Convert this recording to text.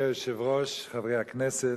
אדוני היושב-ראש, חברי הכנסת,